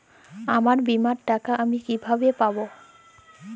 আমার বীমার টাকা আমি কিভাবে পাবো?